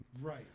Right